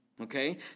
Okay